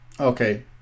Okay